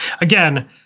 Again